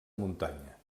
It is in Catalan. muntanya